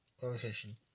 conversation